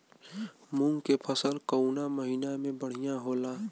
मुँग के फसल कउना महिना में बढ़ियां होला?